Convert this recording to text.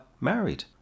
married